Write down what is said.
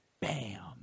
Bam